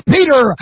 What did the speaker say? Peter